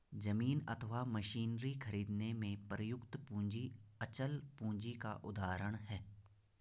जमीन अथवा मशीनरी खरीदने में प्रयुक्त पूंजी अचल पूंजी का उदाहरण है